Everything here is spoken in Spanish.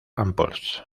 impulse